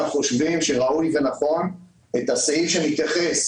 אנחנו חושבים שראוי ונכון למחוק את הסעיף שמתייחס